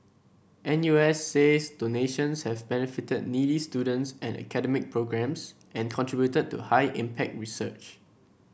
N U S says donations have benefited needy students and academic programmes and contributed to high impact research